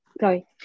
sorry